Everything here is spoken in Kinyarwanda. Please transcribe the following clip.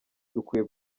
dukwiye